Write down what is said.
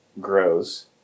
grows